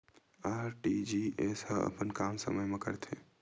RTGS ह अपन काम समय मा करथे?